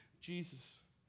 Jesus